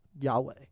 Yahweh